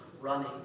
running